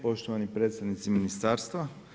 Poštovani predstavnici ministarstva.